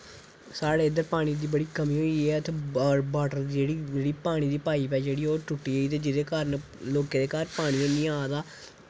साढ़े इद्धर पानी दी बड़ी कमी होई ऐ वॉटर दी जेह्ड़ी पानी दी पाईप ऐ जेह्ड़ी ओह् टुट्टी दी ऐ ते जेह्दे कारण लोकें दे घर पानी ऐनी आवा दा ऐ